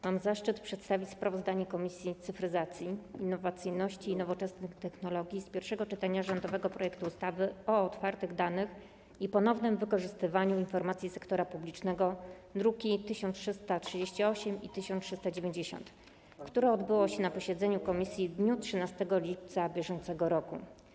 Mam zaszczyt przedstawić sprawozdanie Komisji Cyfryzacji, Innowacyjności i Nowoczesnych Technologii z pierwszego czytania rządowego projektu ustawy o otwartych danych i ponownym wykorzystywaniu informacji sektora publicznego, druki nr 1338 i 1390, które odbyło się na posiedzeniu komisji w dniu 13 lipca br.